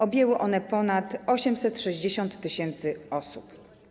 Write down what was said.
Objęły one ponad 860 tys. osób.